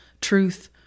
truth